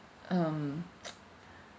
um